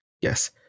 Yes